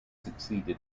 succeeded